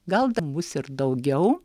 gal bus ir daugiau